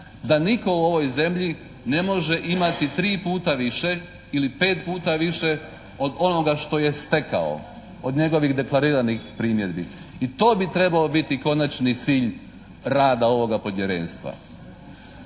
da nitko u ovoj zemlji ne može imati 3 puta više ili 5 puta više od onoga što je stekao, od njegovih deklariranih primjedbi. I to bi trebao biti konačni cilj rada ovoga Povjerenstva.